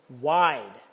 wide